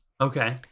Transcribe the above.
okay